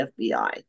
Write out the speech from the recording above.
FBI